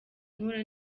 nkora